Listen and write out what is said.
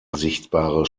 sichtbare